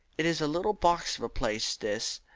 it is a little box of a place this,